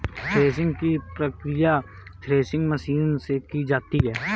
threshing की प्रकिया threshing machine से की जाती है